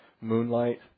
moonlight